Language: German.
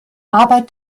arbeit